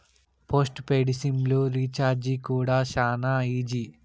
post paid SIM లు recharge కూడా శానా ఈజీ